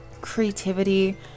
creativity